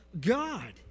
God